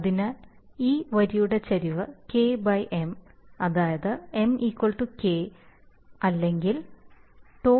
അതിനാൽ ഈ വരിയുടെ ചരിവ് K M അതായത് M K അല്ലെങ്കിൽ τ K M